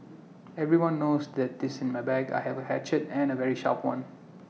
everyone knows that this in my bag I have A hatchet and A very sharp one